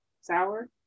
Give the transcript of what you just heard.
sour